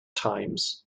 times